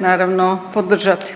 naravno podržati.